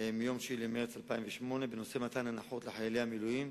מיום 9 במרס 2008, בנושא מתן הנחות לחיילי מילואים